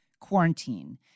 quarantine